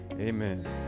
amen